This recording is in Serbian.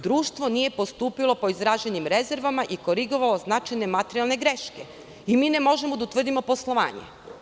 Društvo nije postupilo po izraženim rezervama i korigovalo značajne materijalne greške i mi ne možemo da utvrdimo poslovanje.